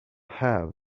have